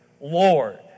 Lord